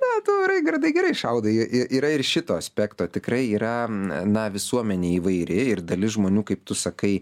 na tu raigardai gerai šaudai y yra ir šito aspekto tikrai yra na visuomenė įvairi ir dalis žmonių kaip tu sakai